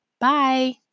bye